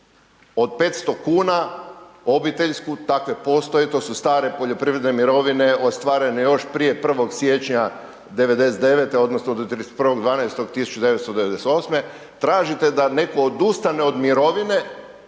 od 500 kuna obiteljsku, takve postoje, to su stare poljoprivredne mirovine ostvarene još prije 1. siječnja '99. odnosno do 31.12.1998. tražite da netko odustane od mirovine